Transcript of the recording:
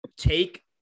take